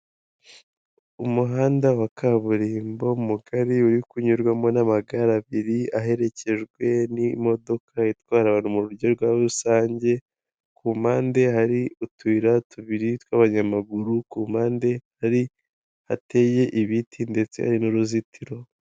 Umuhanda wa kaburimbo mugari uri kunyurwamo n'amagare abiri aherekejwe n'imodoka itwara abantu mu buryo bwa rusange ku mpande hari utuyira tubiri tw'abanyamaguru ku mpande hari hateye ibiti ndetse hari n'uruzitiro.